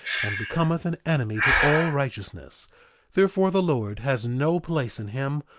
and becometh an enemy to all righteousness therefore, the lord has no place in him,